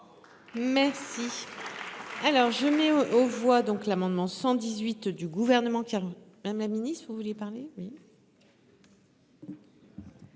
Merci